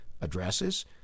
addresses